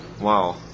Wow